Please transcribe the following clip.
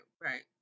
Right